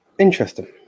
interesting